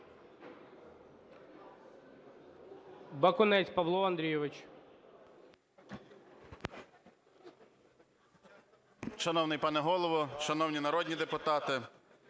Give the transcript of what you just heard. Бакунець Павло Андрійович.